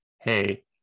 hey